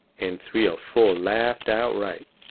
and three or four laughed outright.